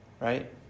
Right